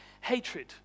hatred